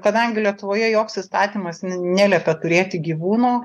kadangi lietuvoje joks įstatymas n neliepia turėti gyvūno